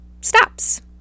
stops